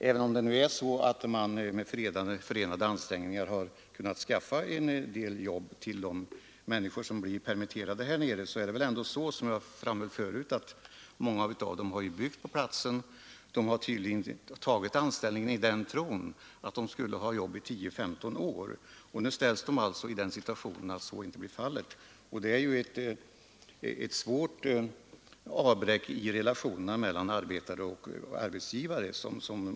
Fru talman! Även om man nu med förenade ansträngningar har kunnat skaffa en del jobb till de människor som blir permitterade där nere, förhåller det sig ändå så — som jag framhöll förut — att många av dem har byggt på platsen. De har tagit anställningen i den tron att de skulle ha jobb i 10—15 år. Nu ställs de alltså i den situationen att så inte blir fallet. Det är ett svårt avbräck i relationerna mellan arbetare och arbetsgivare.